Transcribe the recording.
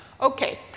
Okay